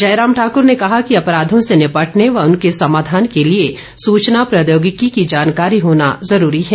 जयराम ठाकुर ने कहा कि अपराधों से निपटने व उनके समाधान के लिए सूचना प्रौद्योगिकी की जानकारी होना ज़रूरी है